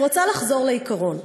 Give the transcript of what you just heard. אני רוצה לחזור לעיקרון,